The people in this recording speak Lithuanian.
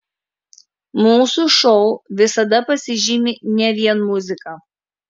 mūsų šou visada pasižymi ne vien muzika